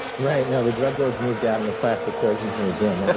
right. no, the drug lords moved out, and the plastic surgeons moved in.